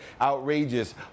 outrageous